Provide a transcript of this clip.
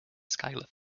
schuyler